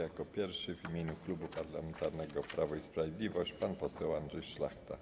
Jako pierwszy w imieniu Klubu Parlamentarnego Prawo i Sprawiedliwość pan poseł Andrzej Szlachta.